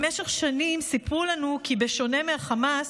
במשך שנים סיפרו לנו כי בשונה מהחמאס,